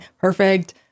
perfect